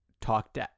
talked